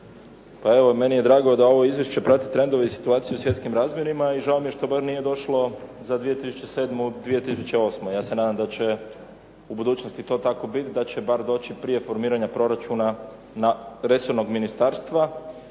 Pa evo, meni je drago da ovo izvješće prati trendove i situaciju u svjetskim razmjerima i žao mi je što bar nije došlo za 2007., 2008. Ja se nadam da će u budućnosti to tako biti, da će bar doći prije formiranja proračuna resornog ministarstva